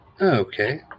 Okay